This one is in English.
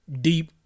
deep